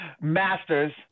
masters